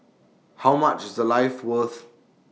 how much is A life worth